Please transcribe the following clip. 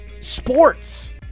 sports